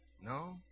No